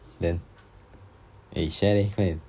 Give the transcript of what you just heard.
then eh share leh 快点